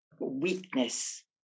weakness